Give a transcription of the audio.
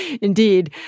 indeed